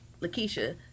Lakeisha